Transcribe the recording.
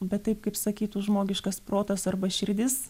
bet taip kaip sakytų žmogiškas protas arba širdis